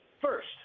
First